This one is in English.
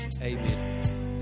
amen